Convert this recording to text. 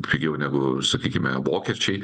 pigiau negu sakykime vokiečiai